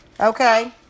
okay